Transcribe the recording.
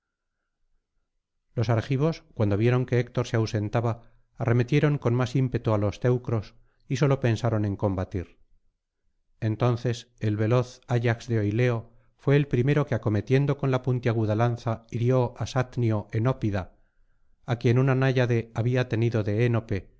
los argivos cuando vieron que héctor se ausentaba arremetieron con más ímpetu á los teucros y sólo pensaron en combatir entonces el veloz ayax de oileo fué el primero que acometiendo con la puntiaguda lanza hirió á satnio enópida á quien una náyade había tenido de enope